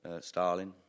Stalin